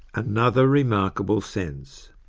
another remarkable sense.